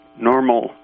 normal